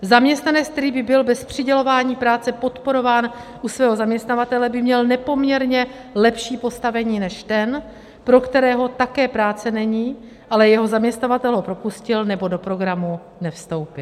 Zaměstnanec, který by byl bez přidělování práce podporován u svého zaměstnavatele, by měl nepoměrně lepší postavení než ten, pro kterého také práce není, ale jeho zaměstnavatel ho propustil nebo do programu nevstoupil.